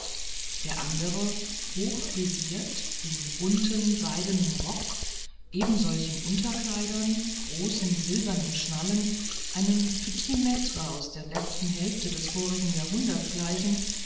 der andere hochfrisiert im bunten seidnen rock ebensolchen unterkleidern großen silbernen schnallen einem petitmaitre aus der letzten hälfte des vorigen jahrhunderts